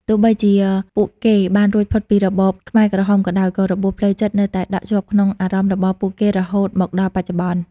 ទោះបីជាពួកគេបានរួចផុតពីរបបខ្មែរក្រហមក៏ដោយ ក៏របួសផ្លូវចិត្តនៅតែដក់ជាប់ក្នុងអារម្មណ៍របស់ពួកគេរហូតមកដល់បច្ចុប្បន្ន។